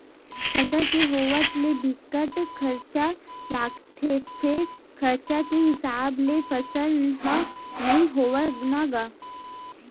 फसल के होवत ले बिकट खरचा लागथे फेर खरचा के हिसाब ले फसल ह नइ होवय न गा